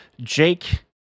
Jake